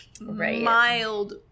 mild